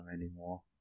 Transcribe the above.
anymore